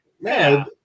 man